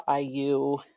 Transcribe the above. IU